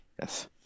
yes